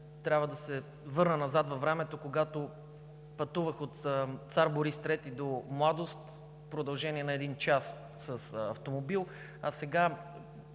Трябва да се върна назад във времето, когато пътувах от „Цар Борис III“ до „Младост“ в продължение на един час с автомобил, а сега